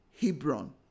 Hebron